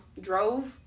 Drove